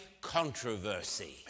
controversy